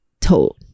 told